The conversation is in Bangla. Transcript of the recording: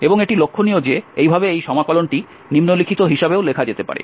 এবং এটি লক্ষণীয় যে এইভাবে এই সমাকলনটি নিম্নলিখিত হিসাবেও লেখা যেতে পারে